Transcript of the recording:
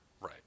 Right